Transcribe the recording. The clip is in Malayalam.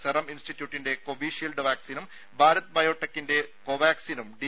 സെറം ഇൻസ്റ്റിറ്റ്യൂട്ടിന്റെ കോവിഷീൽഡ് വാക്സിനും ഭാരത് ബയോടെക്കിന്റെ കോവാക്സിനും ഡി